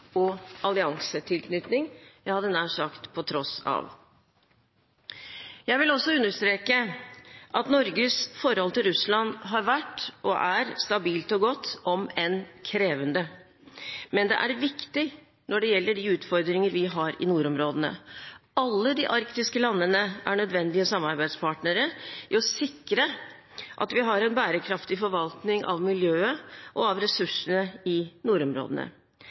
og alliansetilknytning. Jeg vil også understreke at Norges forhold til Russland har vært og er stabilt og godt om enn krevende, men det er viktig når det gjelder de utfordringer vi har i nordområdene. Alle de arktiske landene er nødvendige samarbeidspartnere i å sikre at vi har en bærekraftig forvaltning av miljøet og ressursene i nordområdene.